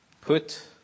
put